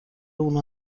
اونو